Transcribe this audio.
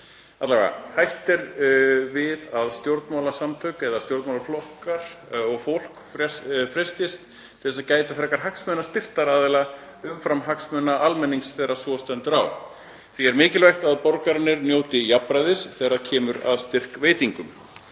Hætt er við að stjórnmálasamtök eða stjórnmálafólk freistist til að gæta frekar hagsmuna styrktaraðila umfram hagsmuni almennings þegar svo stendur á. Því er mikilvægt að borgararnir njóti jafnræðis þegar kemur að styrkveitingum.